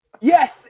Yes